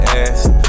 ass